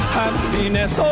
happiness